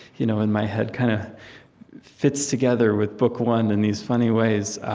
you know in my head, kind of fits together with book one in these funny ways,